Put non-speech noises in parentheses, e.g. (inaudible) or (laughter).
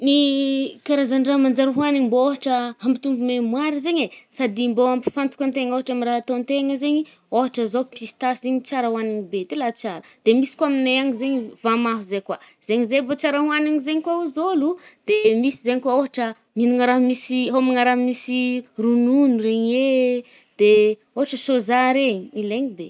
Ny (hesitation) karazan-draha manjary ohanigny mbô ôhatra hampitombo mémoire zaigny e, sady mbô ampifantoka an-tegna ôhatra amy raha ataon-tegna zaigny ih. Ôhatra zao pistache zaigny tsara oanigny be dila tsara. De misy koà amigne agny zaigny vamaho zay koà, zaigny zay bô tsara oanigny zaigny koà ozy olo. De misy zaigny koà ôhatra minagna raha misy hômagna raha misy ronogno regny e, de ôhatra sôzah regny. Ilaigny be.